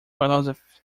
philosophy